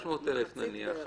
300,000 נניח,